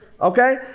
Okay